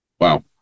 wow